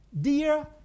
Dear